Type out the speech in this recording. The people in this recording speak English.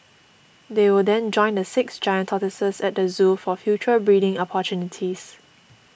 they will then join the six giant tortoises at the zoo for future breeding opportunities